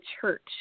church